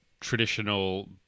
traditional